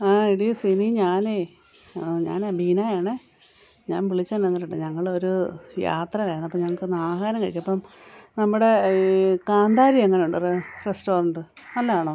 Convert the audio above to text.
ആ എടി സിനി ഞാനേ ഞാനാ ബീനയാണ് ഞാൻ വിളിച്ചത് എന്നാന്ന് പറയട്ടെ ഞങ്ങളൊരു യാത്രയായിരുന്നപ്പം ഞങ്ങൾക്കൊന്ന് ആഹാരം കഴിക്കണം ഇപ്പം നമ്മുടെ ഈ കാന്താരി എങ്ങനുണ്ട് റെ റെസ്റ്റോറൻറ്റ് നല്ലതാണോ